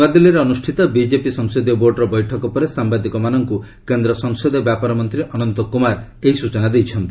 ନ୍ନଆଦିଲ୍ଲୀରେ ଅନୁଷ୍ଠିତ ବିକେପି ସଂସଦୀୟ ବୋର୍ଡ଼ର ବୈଠକ ପରେ ସାମ୍ବାଦିକମାନଙ୍କୁ କେନ୍ଦ୍ର ସଂସଦୀୟ ବ୍ୟାପାର ମନ୍ତ୍ରୀ ଅନନ୍ତ କୃମାର ଏହି ସ୍କଚନା ଦେଇଛନ୍ତି